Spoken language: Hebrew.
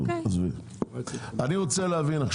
אני לא נותן לך זכות דיבור,